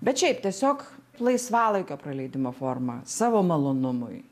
bet šiaip tiesiog laisvalaikio praleidimo forma savo malonumui